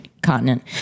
continent